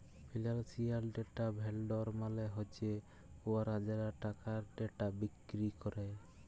financial data vendor মালে হছে উয়ারা যারা টাকার ডেটা বিক্কিরি ক্যরে